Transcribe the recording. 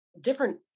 different